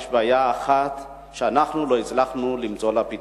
יש בעיה אחת שאנחנו לא הצלחנו למצוא לה פתרון,